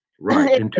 Right